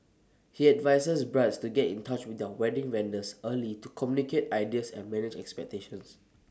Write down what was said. he advises brides to get in touch with their wedding vendors early to communicate ideas and manage expectations